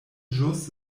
ĵus